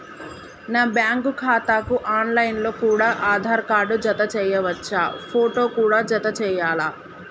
నా బ్యాంకు ఖాతాకు online లో కూడా ఆధార్ కార్డు జత చేయవచ్చా ఫోటో కూడా జత చేయాలా?